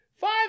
five